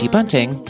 Bunting